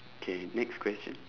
okay next question